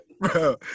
Bro